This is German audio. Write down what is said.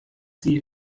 sie